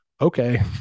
okay